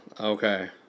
okay